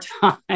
time